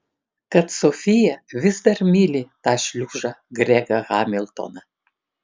kad sofija vis dar myli tą šliužą gregą hamiltoną